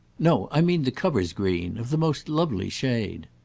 no i mean the cover's green of the most lovely shade.